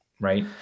Right